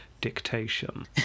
dictation